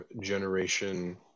generation